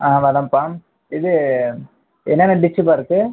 ஆ வரேன்ப்பா இது என்னென்ன டிஷ்ப்பா இருக்கு